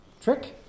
trick